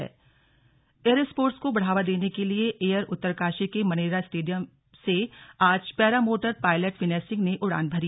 slug उड़ान Uttarkashi air sports को बढ़ावा देने के लिए एअर उत्तरकाशी के मनेरा स्टेडियम से आज para motor pilot Vinay Singh ने उड़ान भरी